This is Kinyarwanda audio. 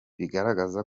bigaragaza